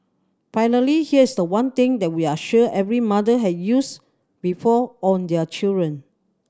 finally here's the one thing that we are sure every mother has used before on their children